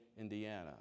Indiana